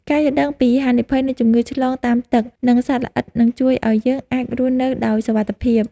ការយល់ដឹងពីហានិភ័យនៃជំងឺឆ្លងតាមទឹក និងសត្វល្អិតនឹងជួយឱ្យយើងអាចរស់នៅដោយសុវត្ថិភាព។